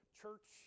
church